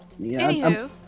Anywho